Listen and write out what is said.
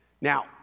Now